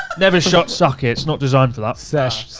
never shot sake. it's not designed for that. sesh,